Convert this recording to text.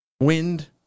wind